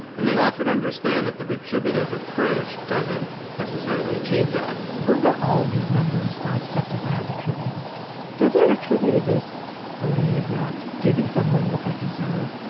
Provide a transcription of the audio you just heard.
and they often understand that the retributive approach doesn't necessarily achieve that suppose that all these numbers are accepted by every tributed this doesn't retributive this believe that giving someone what they deserve,